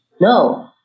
No